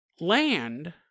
land